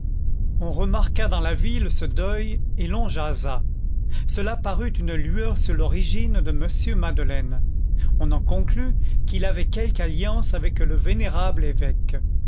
on remarqua dans la ville ce deuil et l'on jasa cela parut une lueur sur l'origine de m madeleine on en conclut qu'il avait quelque alliance avec le vénérable évêque